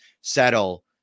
Settle